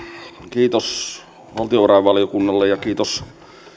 kiitos valtiovarainvaliokunnalle ja kiitos